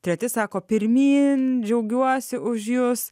treti sako pirmyn džiaugiuosi už jus